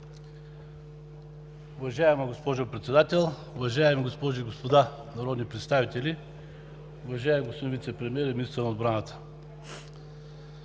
Уважаема госпожо Председател, уважаеми госпожи и господа народни представители, уважаеми господин Вицепремиер и министър на отбраната!